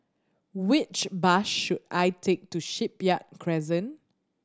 which bus should I take to Shipyard Crescent